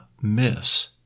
miss